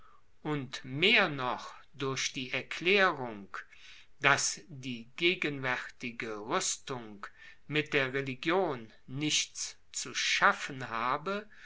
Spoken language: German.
und mehr noch durch die erklärung daß die gegenwärtige rüstung mit der religion nichts zu schaffen habe